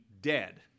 dead